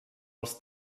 els